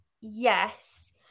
yes